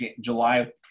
July